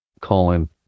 Colin